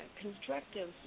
constructive